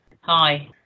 Hi